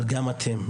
אבל גם אתם,